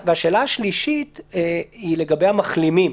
השאלה השלישית היא לגבי המחלימים.